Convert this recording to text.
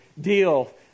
deal